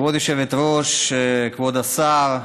כבוד היושבת-ראש, כבוד השר,